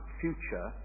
future